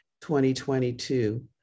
2022